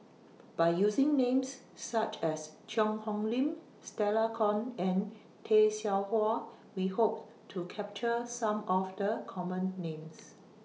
By using Names such as Cheang Hong Lim Stella Kon and Tay Seow Huah We Hope to capture Some of The Common Names